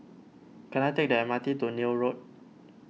can I take the M R T to Neil Road